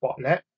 botnet